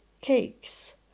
cakes